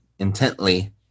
intently